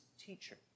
teacher